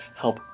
help